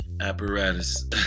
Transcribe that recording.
apparatus